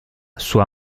sua